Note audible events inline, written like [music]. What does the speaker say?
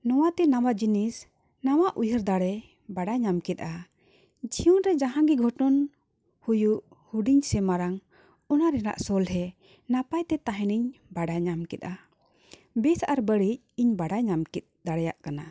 ᱱᱚᱣᱟᱛᱮ ᱱᱟᱣᱟ ᱡᱤᱱᱤᱥ ᱱᱟᱣᱟ ᱩᱭᱦᱟᱹᱨ ᱫᱟᱲᱮ ᱵᱟᱲᱟᱭ ᱧᱟᱢ ᱠᱮᱫᱟ ᱡᱤᱭᱚᱱ ᱨᱮ ᱡᱟᱦᱟᱸᱜᱮ ᱜᱷᱚᱴᱚᱱ ᱦᱩᱭᱩᱜ ᱦᱩᱰᱤᱧ ᱥᱮ ᱢᱟᱨᱟᱝ ᱚᱱᱟ ᱨᱮᱱᱟᱜ ᱥᱚᱞᱦᱮ ᱱᱟᱯᱟᱭᱛᱮ ᱛᱟᱦᱮᱱᱤᱧ ᱵᱟᱲᱟᱭ ᱧᱟᱢ ᱠᱮᱫᱟ ᱵᱮᱥ ᱟᱨ ᱵᱟᱹᱲᱤᱡ ᱤᱧ ᱵᱟᱲᱟᱭ ᱧᱟᱢ [unintelligible] ᱫᱟᱲᱮᱭᱟᱜ ᱠᱟᱱᱟ